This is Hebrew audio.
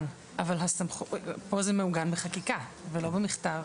אבל כאן זה מעוגן בחקיקה ולא במכתב.